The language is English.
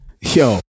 Yo